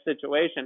situation